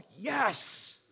yes